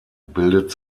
bildet